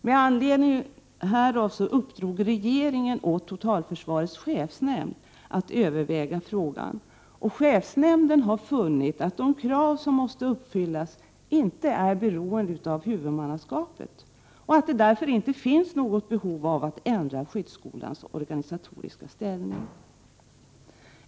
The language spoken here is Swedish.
Med anledning härav uppdrog regeringen åt totalförsvarets chefsnämnd att överväga frågan. Chefsnämnden har funnit att de krav som måste uppfyllas inte är beroende av huvudmannaskapet och att det därför inte finns något behov av att ändra skyddsskolans organisatoriska ställning.